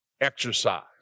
exercise